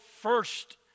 first